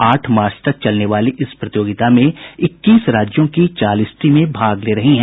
आठ मार्च तक चलने वाली इस प्रतियोगिता में इक्कीस राज्यों की चालीस टीमें भाग ले रही हैं